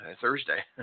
Thursday